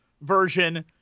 version